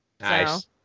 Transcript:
Nice